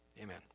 Amen